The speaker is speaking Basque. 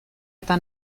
eta